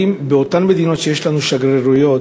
האם באותן מדינות שיש לנו שגרירויות